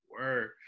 Word